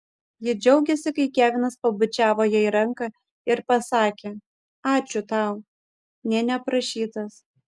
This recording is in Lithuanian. ji džiaugėsi kai kevinas pabučiavo jai ranką ir pasakė ačiū tau nė neprašytas